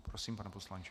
Prosím, pane poslanče.